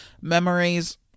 memories